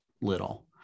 little